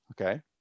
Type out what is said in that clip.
Okay